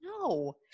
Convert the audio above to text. No